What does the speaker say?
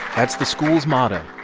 that's the school's motto,